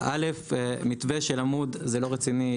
אל"ף, מתווה של עמוד זה לא רציני.